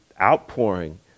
outpouring